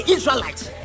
Israelites